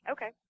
Okay